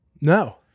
No